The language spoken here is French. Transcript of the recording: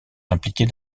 impliquées